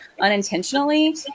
unintentionally